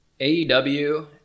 AEW